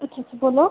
अच्छा अच्छा बोल्लो